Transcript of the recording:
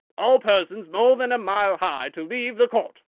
all persons more than a mile high to leave the court.